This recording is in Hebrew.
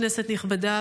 כנסת נכבדה,